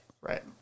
Right